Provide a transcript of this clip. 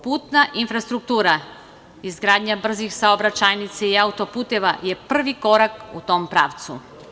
Putna infrastruktura, izgradnja brzih saobraćajnica i autoputeva je prvi korak u tom pravcu.